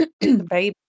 Baby